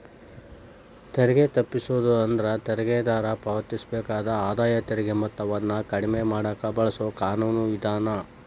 ತೆರಿಗೆ ತಪ್ಪಿಸೋದು ಅಂದ್ರ ತೆರಿಗೆದಾರ ಪಾವತಿಸಬೇಕಾದ ಆದಾಯ ತೆರಿಗೆ ಮೊತ್ತವನ್ನ ಕಡಿಮೆ ಮಾಡಕ ಬಳಸೊ ಕಾನೂನು ವಿಧಾನ